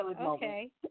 Okay